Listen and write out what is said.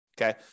Okay